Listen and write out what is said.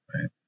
right